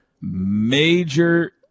Major